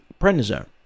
prednisone